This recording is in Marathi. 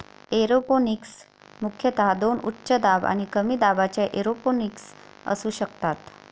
एरोपोनिक्स मुख्यतः दोन उच्च दाब आणि कमी दाबाच्या एरोपोनिक्स असू शकतात